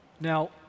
Now